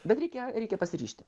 bet reikia reikia pasiryžti